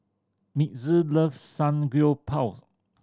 Mitzi loves Samgyeopsal